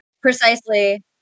Precisely